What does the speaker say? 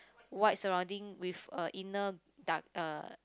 white surrounding with a inner dark uh